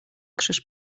krzyż